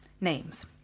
Names